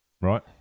right